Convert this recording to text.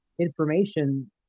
information